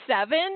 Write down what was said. seven